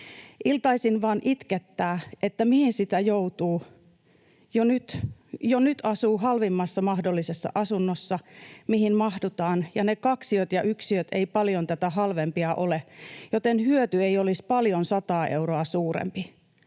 Iltaisin vaan itkettää, että mihin sitä joutuu. Jo nyt asuu halvimmassa mahdollisessa asunnossa, mihin mahdutaan, ja ne kaksiot ja yksiöt eivät paljon tätä halvempia ole, joten hyöty ei olisi paljon 100:aa euroa suurempi.